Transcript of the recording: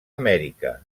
amèrica